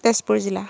তেজপুৰ জিলা